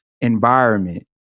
environment